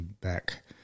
Back